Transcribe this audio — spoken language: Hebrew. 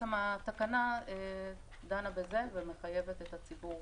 התקנה דנה בזה ומחייבת את הציבור,